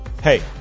Hey